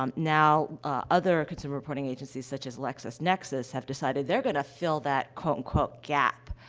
um now, ah, other consumer reporting agencies, such as lexisnexis, have decided they're going to fill that, quote, unquote, gap.